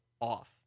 off